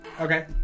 Okay